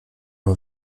nur